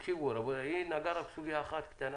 היא נגעה רק בסוגיה אחת קטנה.